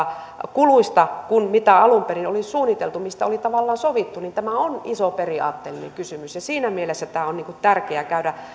kuluista kuin mitä alun perin oli suunniteltu mistä oli tavallaan sovittu niin tämä on iso periaatteellinen kysymys siinä mielessä tämä on tärkeää käydä